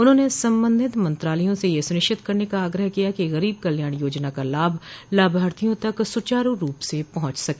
उन्होंने संबंधित मंत्रालयों से यह सुनिश्चित करने का आग्रह किया कि गरीब कल्याण योजना का लाभ लाभार्थियों तक सुचारू रूप से पहुंच सके